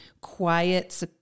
quiet